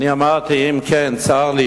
אמרתי: אם כן, צר לי.